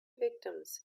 victims